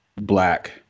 black